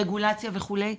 רגולציה וכולי.